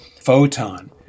photon